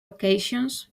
occasions